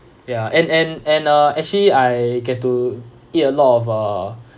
ya and and and uh actually I get to eat a lot of uh